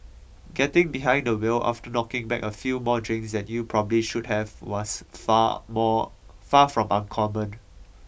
getting behind the wheel after knocking back a few more drinks than you probably should have was far more far from uncommon